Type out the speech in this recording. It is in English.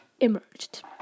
emerged